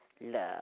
Love